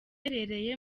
iherereye